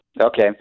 Okay